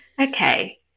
okay